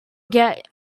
get